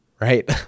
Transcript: right